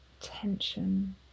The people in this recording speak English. Tension